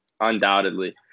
undoubtedly